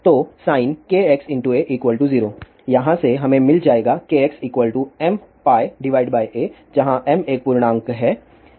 तो sin kxa 0 यहाँ से हमे मिल जाएगा kxmπa जहां m एक पूर्णांक है